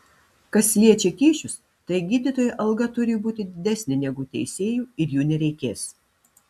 kas liečia kyšius tai gydytojo alga turi būti didesnė negu teisėjų ir jų nereikės